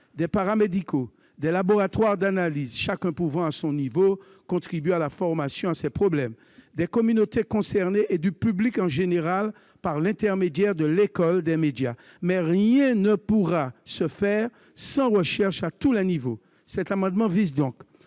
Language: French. des paramédicaux, des laboratoires d'analyses- chacun peut contribuer à son échelle à la formation à ces problèmes -, des communautés concernées et du public en général, par l'intermédiaire de l'école et des médias. Mais rien ne pourra se faire sans recherche à tous les niveaux. Cet amendement vise donc